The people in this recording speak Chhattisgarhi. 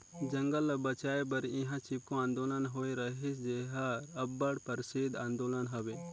जंगल ल बंचाए बर इहां चिपको आंदोलन होए रहिस जेहर अब्बड़ परसिद्ध आंदोलन हवे